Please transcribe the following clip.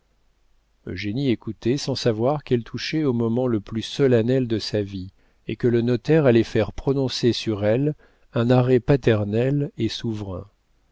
francs eugénie écoutait sans savoir qu'elle touchait au moment le plus solennel de sa vie et que le notaire allait faire prononcer sur elle un arrêt paternel et souverain